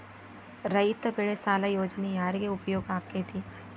ರೈತ ಬೆಳೆ ಸಾಲ ಯೋಜನೆ ಯಾರಿಗೆ ಉಪಯೋಗ ಆಕ್ಕೆತಿ?